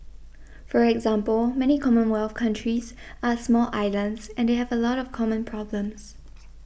for example many commonwealth countries are small islands and they have a lot of common problems